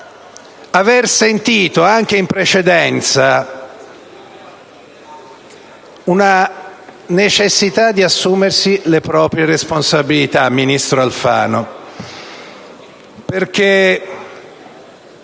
aver sentito anche in precedenza la necessità di assumersi le proprie responsabilità, ministro Alfano. Perché,